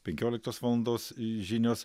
penkioliktos valandos žinios